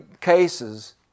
cases